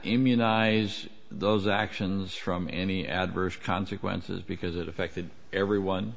immunize those actions from any adverse consequences because it affected everyone